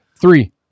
three